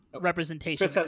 representation